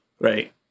right